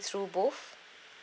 through both